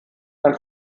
ein